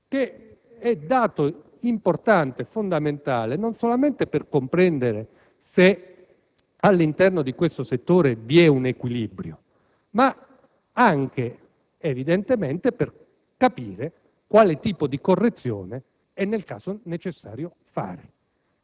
Questo dato è importante e fondamentale non solamente per comprendere se all'interno di questo settore vi è un equilibrio, ma anche per capire quale tipo di correzione è nel caso necessario